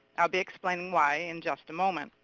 i'll be explaining why in just a moment.